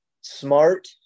Smart